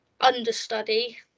understudy